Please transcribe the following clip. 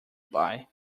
buy